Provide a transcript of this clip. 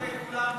אמרת לכולם תודה.